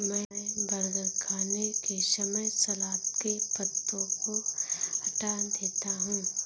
मैं बर्गर खाने के समय सलाद के पत्तों को हटा देता हूं